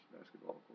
basketball